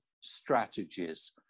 Strategies